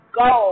go